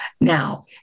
Now